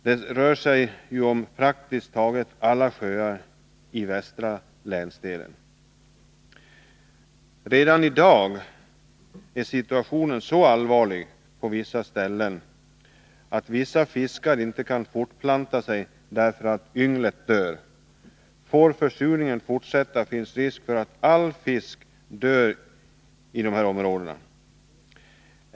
Det rör sig om praktiskt taget alla sjöar i den västra länsdelen. Redan i dag är situationen på vissa ställen så allvarlig att vissa fiskar inte kan fortplanta sig därför att ynglet dör. Får försurningen fortsätta finns det risk för att all fisk dör i dessa områden.